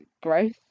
growth